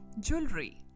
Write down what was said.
Jewelry